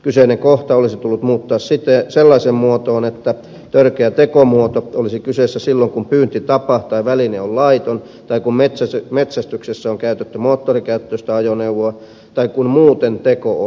kyseinen kohta olisi tullut muuttaa sellaiseen muotoon että törkeä tekomuoto olisi kyseessä silloin kun pyyntitapa tai väline on laiton tai kun metsästyksessä on käytetty moottorikäyttöistä ajoneuvoa tai kun muuten teko on häikäilemätön